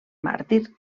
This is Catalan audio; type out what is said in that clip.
màrtir